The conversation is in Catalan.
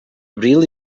abril